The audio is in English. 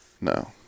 No